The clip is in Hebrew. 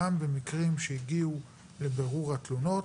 גם במקרים שהגיעו לבירור התלונות,